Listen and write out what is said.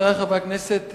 חברי חברי הכנסת,